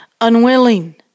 Unwilling